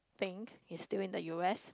thing is still in the U_S